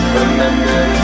Remember